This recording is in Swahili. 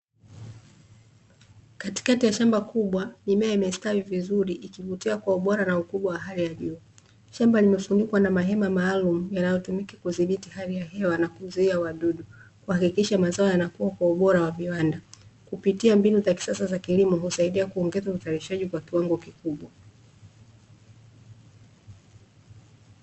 Katikati ya shamba kubwa mimea imestawi vizuri, ikivutia kwa ubora na ukubwa wa hali ya juu. Shamba limefunikwa na mahema maalumu yanayotumika kudhibiti hali ya hewa, na kuzuia wadudu, kuhakikisha mazao yanakua kwa ubora wa viwanda. Kupitia mbinu za kisasa za kilimo, husaidia kuongeza uzalishaji kwa kiwango kikubwa.